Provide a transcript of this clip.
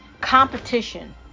competition